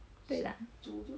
对 lah